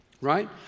right